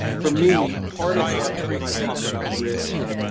for me, part of what, when i talk about risk,